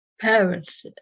parents